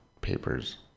Papers